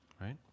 right